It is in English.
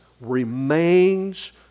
remains